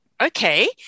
okay